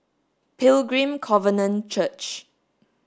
Pilgrim Covenant Church